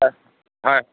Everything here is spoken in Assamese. হয় হয়